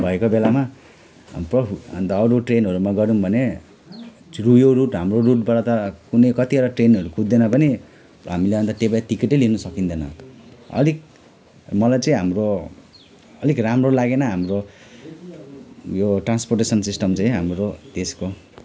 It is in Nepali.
भएको बेलामा अन्त अरू ट्रेनहरूमा गर्यौँ भने त्यो रुट हाम्रो रुटबाट कतिवटा ट्रेनहरू कुद्दैन पनि हामीले अन्त टिकटै लिनु सकिँदैन अलिक मलाई चाहिँ हाम्रो अलिक राम्रो लागेन हाम्रो यो ट्रान्सपोर्टेसन सिस्टम चाहिँ हाम्रो देशको